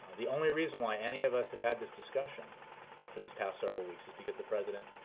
the only reason why any of us have had this discussion for these past several weeks is because the president